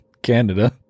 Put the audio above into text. Canada